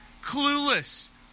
Clueless